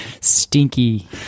stinky